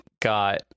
got